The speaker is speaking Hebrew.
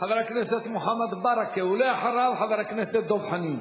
חבר הכנסת מוחמד ברכה, ואחריו, חבר הכנסת דב חנין.